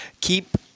Keep